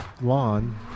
lawn